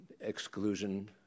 exclusion